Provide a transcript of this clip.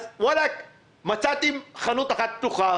אז מצאתי חנות אחת פתוחה.